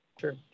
sure